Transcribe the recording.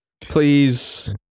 Please